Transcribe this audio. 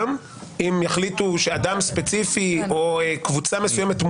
-- ואם הם יחשבו שאת התשובה,